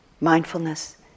mindfulness